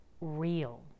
real